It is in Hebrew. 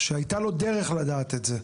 שהייתה לו דרך לדעת את זה,